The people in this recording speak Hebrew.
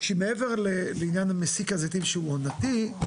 מעבר לעניין של מסיק הזיתים שהוא עונתי,